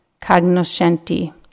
cognoscenti